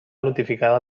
notificada